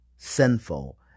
sinful